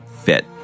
Fit